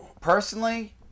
Personally